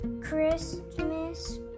Christmas